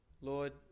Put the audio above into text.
Lord